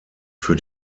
für